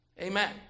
Amen